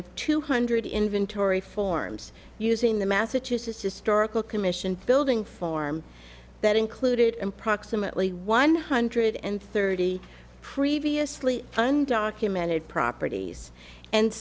of two hundred inventory forms using the massachusetts historical commission building form that included and proximately one hundred and thirty previously undocumented properties and